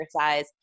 exercise